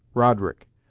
roderick,